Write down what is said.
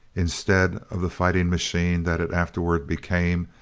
instead of the fighting machine that it afterward became,